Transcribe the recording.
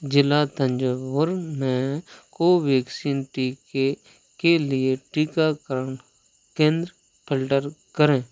जिला तंजावूर में कोवैक्सीन टीके के लिए टीकाकरण केंद्र फिल्टर करें